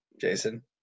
Jason